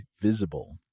Visible